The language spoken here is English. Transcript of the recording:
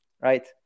right